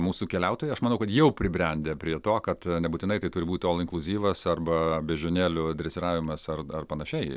mūsų keliautojai aš manau kad jau pribrendę prie to kad nebūtinai turi būti ol inkliuzyvas arba beždžionėlių dresiravimas ar panašiai